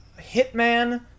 Hitman